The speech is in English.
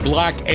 Black